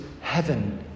heaven